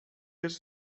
jest